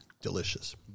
delicious